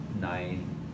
nine